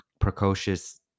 precocious